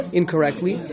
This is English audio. incorrectly